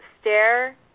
stare